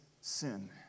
sin